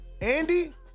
andy